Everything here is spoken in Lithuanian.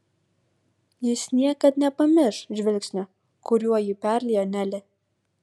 jis niekad nepamirš žvilgsnio kuriuo jį perliejo nelė